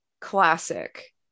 classic